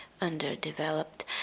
underdeveloped